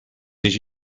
did